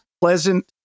pleasant